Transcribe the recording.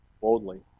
Boldly